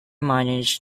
manages